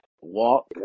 walk